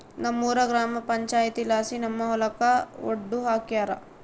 ನಮ್ಮೂರ ಗ್ರಾಮ ಪಂಚಾಯಿತಿಲಾಸಿ ನಮ್ಮ ಹೊಲಕ ಒಡ್ಡು ಹಾಕ್ಸ್ಯಾರ